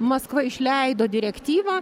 maskva išleido direktyvą